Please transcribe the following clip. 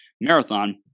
marathon